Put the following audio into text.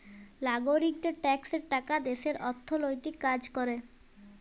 লাগরিকদের ট্যাক্সের টাকা দ্যাশের অথ্থলৈতিক কাজ ক্যরে